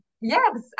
Yes